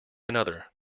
another